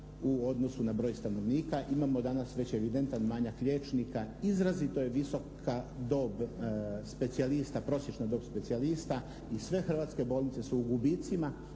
u odnosu na broj stanovnika, imamo danas već evidentan manjak liječnika, izrazito je visoka doba specijalista, prosječna dob specijalista i sve hrvatske bolnice su u gubicima